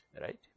right